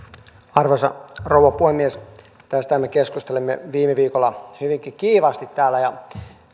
arvoisa rouva puhemies tästähän me keskustelimme viime viikolla hyvinkin kiivaasti täällä ja